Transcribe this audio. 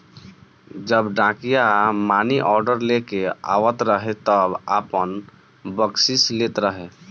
जब डाकिया मानीऑर्डर लेके आवत रहे तब आपन बकसीस लेत रहे